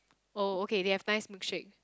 oh okay they have nice milkshake